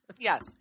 Yes